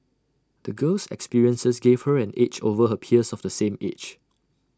the girl's experiences gave her an edge over her peers of the same age